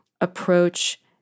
approach